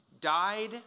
died